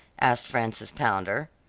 asked frances pounder.